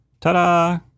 ta-da